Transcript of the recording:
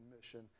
mission